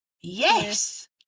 Yes